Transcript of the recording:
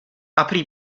aprì